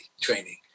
training